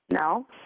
No